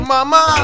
Mama